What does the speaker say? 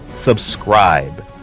subscribe